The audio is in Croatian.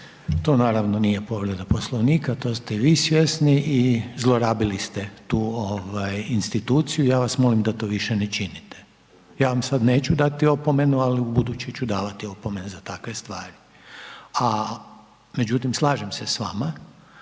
To naravno nije povreda Poslovnika. To ste vi svjesni i zlorabili ste tu instituciju, ja vas molim da to više ne činite. Ja vam sad neću dati opomenu, ali ubuduće ću davati opomene za takve stvari, a međutim slažem se s vama